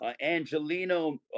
Angelino